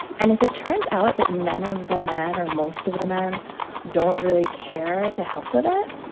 and if it turns out that none of the men or most of the men don't really care to help with it,